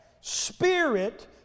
spirit